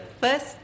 first